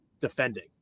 Defending